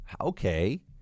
okay